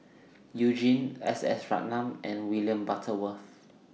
YOU Jin S S Ratnam and William Butterworth